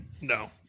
No